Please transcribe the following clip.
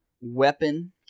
weapon